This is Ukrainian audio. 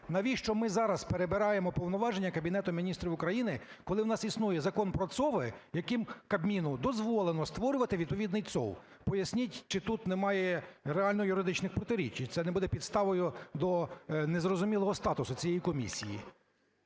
Навіщо ми зараз перебираємо повноваження Кабінету Міністрів України, коли у нас існує Закон про ЦОВВи, яким Кабміну дозволено створювати відповідний ЦОВВ? Поясність, чи тут немає реально юридичних протиріч і чи це не буде підставою до незрозумілого статусу цієї комісії?